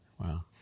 Wow